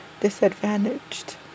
disadvantaged